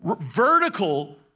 vertical